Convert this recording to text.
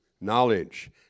knowledge